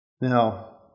Now